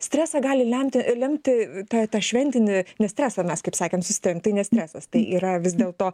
stresą gali lemti lemti tą tą šventinį stresą mes kaip sakėm susitarėm tai ne stresas tai yra vis dėl to